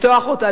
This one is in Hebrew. לפתוח אותה,